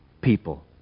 people